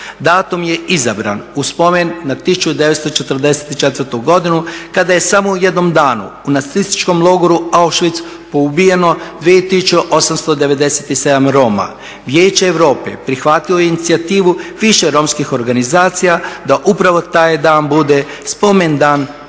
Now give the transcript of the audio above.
Datum je izabran u spomen na 1944. godinu kada je u samo jednom danu u nacističkom logoru Auschwitz ubijeno 2897 Roma. Vijeće Europe prihvatilo je inicijativu više romskih organizacija da upravo taj dan bude spomen dan